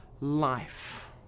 life